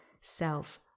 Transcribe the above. self